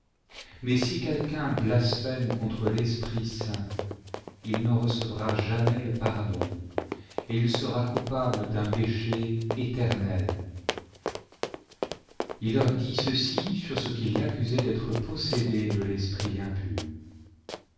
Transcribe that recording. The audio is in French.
mais si quelqu'un blasphème contre le saint-esprit il n'en recevra jamais le pardon et il sera coupable d'un péché éternel il leur dit ceci sur ce qu'ils l'accusaient d'être possédé de l'esprit impur